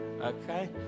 Okay